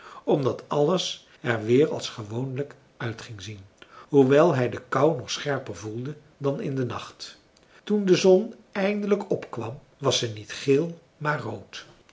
omdat alles er weer als gewoonlijk uit ging zien hoewel hij de kou nog scherper voelde dan in den nacht toen de zon eindelijk opkwam was ze niet geel maar rood